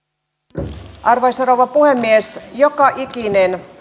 arvoisa arvoisa rouva puhemies joka ikinen